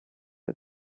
his